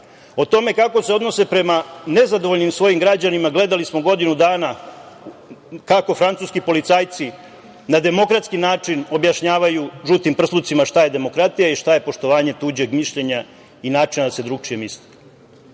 tome kako se odnose prema svojim nezadovoljnim građanima gledali smo godinu dana kako francuski policajci na demokratski način objašnjavaju „žutim prslucima“ šta je demokratija i šta je poštovanje tuđeg mišljena i načina da se drugačije misli. Sad